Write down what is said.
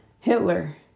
Hitler